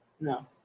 No